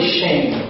shame